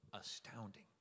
Astounding